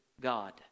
God